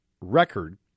record